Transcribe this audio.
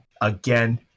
Again